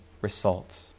result